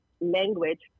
language